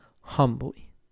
humbly